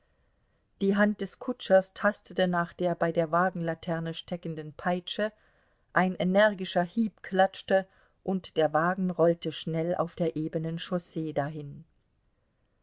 die hand des kutschers tastete nach der bei der wagenlaterne steckenden peitsche ein energischer hieb klatschte und der wagen rollte schnell auf der ebenen chaussee dahin